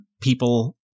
people